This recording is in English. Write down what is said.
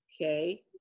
Okay